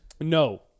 No